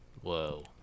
Whoa